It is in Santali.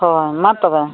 ᱦᱳᱭ ᱢᱟ ᱛᱚᱵᱮ